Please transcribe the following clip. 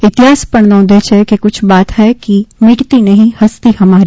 ઇતિહાસ પણ નોંધે છે કે કુછ બાત હૈ કી મીટતી નહિં ફસ્તી હમારી